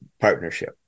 partnership